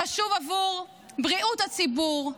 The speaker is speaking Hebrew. חשוב עבור בריאות הציבור,